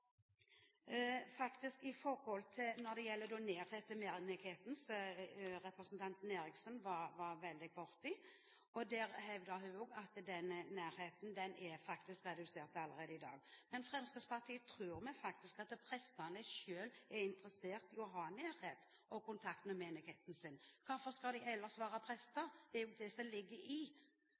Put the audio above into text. at nærheten er redusert allerede i dag. Men i Fremskrittspartiet tror vi faktisk at prestene selv er interessert i å ha nærhet og kontakt med menigheten sin. Hvorfor skal de ellers være prester? Det er det som ligger i